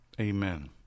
amen